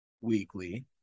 weekly